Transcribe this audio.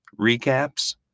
recaps